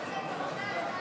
סעיף 1 נתקבל.